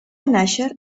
nàixer